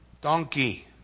donkey